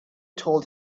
told